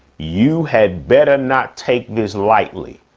you had better not take this lightly,